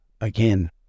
Again